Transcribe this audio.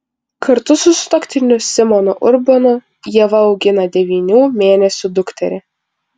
kartu su sutuoktiniu simonu urbonu ieva augina devynių mėnesių dukterį